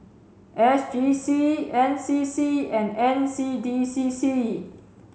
S G C N C C and N C D C C